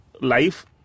life